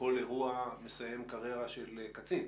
כל אירוע מסיים קריירה של קצין.